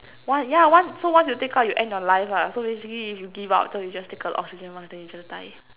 one yeah one so once you take out you end your life lah so basically if you give up so you just take out the oxygen mask then you just die